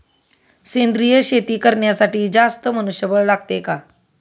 सेंद्रिय शेती करण्यासाठी जास्त मनुष्यबळ लागते का?